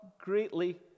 greatly